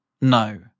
No